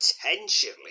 potentially